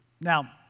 Now